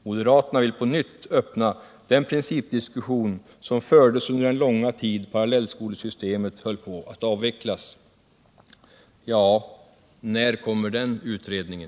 Moderaterna vill på nytt öppna den principdiskussion som fördes under den långa tid parallellskolesystemet höll på att avvecklas.” När kommer den utredningen?